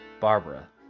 Barbara